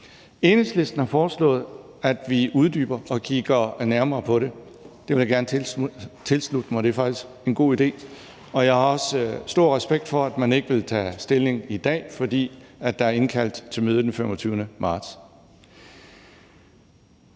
Enhedslisten har foreslået, at vi går dybere ned i det og kigger nærmere på det. Det vil jeg gerne tilslutte mig. Det er faktisk en god idé. Jeg har også stor respekt for, at man ikke vil tage stilling i dag, for der er indkaldt til møde den 25. marts.